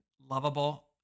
lovable